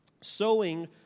Sowing